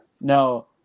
no